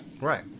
Right